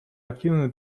активной